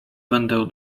będę